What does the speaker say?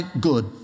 good